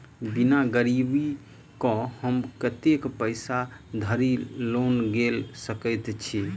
बिना गिरबी केँ हम कतेक पैसा धरि लोन गेल सकैत छी?